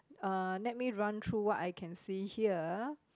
uh let me run through what I can see here